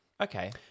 Okay